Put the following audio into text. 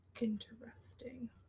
Interesting